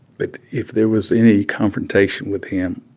but if there was any confrontation with him